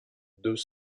deux